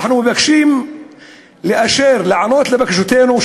אנחנו מבקשים לאשר, להיענות לבקשותינו.